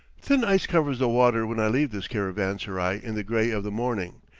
thin ice covers the water when i leave this caravanserai in the gray of the morning,